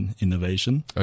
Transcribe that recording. innovation